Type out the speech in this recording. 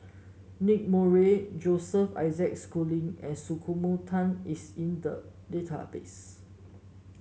Nicky Moey Joseph Isaac Schooling and Sumiko Tan is in the database